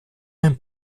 beim